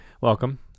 welcome